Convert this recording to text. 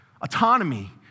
autonomy